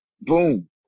Boom